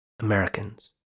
Americans